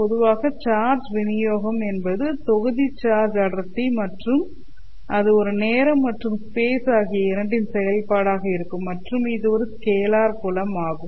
பொதுவாக சார்ஜ் விநியோகம் என்பது தொகுதி சார்ஜ் அடர்த்தி மற்றும் இது ஒரு நேரம் மற்றும் ஸ்பேஸ் ஆகிய இரண்டின் செயல்பாடாக இருக்கும் மற்றும் இது ஒரு ஸ்கேலார் புலம் ஆகும்